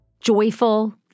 joyful